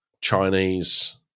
Chinese